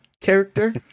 character